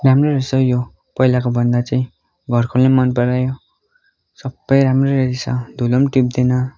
राम्रो रहेछ यो पहिलाको भन्दा चाहिँ घरकोले पनि मन परायो सबै राम्रै रहेछ धुलो पनि टिप्दैन